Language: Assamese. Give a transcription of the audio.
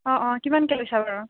অ' অ' কিমানকৈ লৈছা বাৰু